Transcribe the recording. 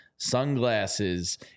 Sunglasses